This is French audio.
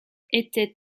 était